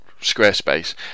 Squarespace